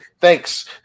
thanks